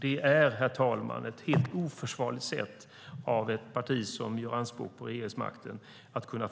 Det är, herr talman, ett oförsvarligt sätt att agera av ett parti som gör anspråk på regeringsmakten.